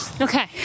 okay